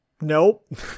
Nope